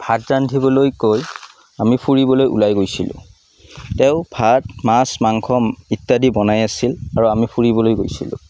ভাত ৰান্ধিবলৈ কৈ আমি ফুৰিবলৈ ওলাই গৈছিলোঁ তেওঁ ভাত মাছ মাংস ইত্যাদি বনাই আছিল আৰু আমি ফুৰিবলৈ গৈছিলোঁ